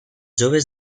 joves